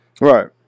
Right